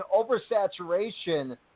oversaturation